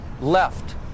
left